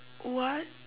what